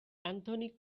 anthony